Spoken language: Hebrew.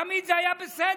תמיד זה היה בסדר.